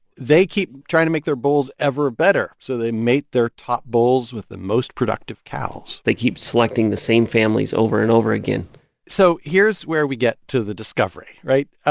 they keep trying to make their bulls ever better. so they mate their top bulls with the most productive cows they keep selecting the same families over and over again so here's where we get to the discovery, right? ah